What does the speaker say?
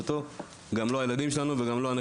גם לא הדורות שאחרינו.